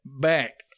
back